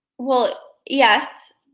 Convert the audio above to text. well, yes.